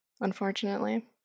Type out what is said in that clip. unfortunately